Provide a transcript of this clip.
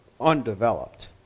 undeveloped